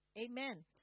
Amen